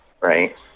right